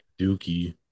dookie